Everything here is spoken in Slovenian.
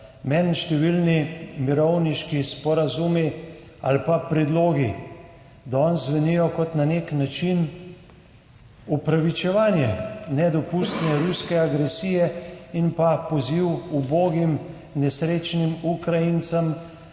Meni številni mirovniški sporazumi ali pa predlogi danes zvenijo kot na nek način opravičevanje nedopustne ruske agresije in poziv ubogim, nesrečnim Ukrajincem,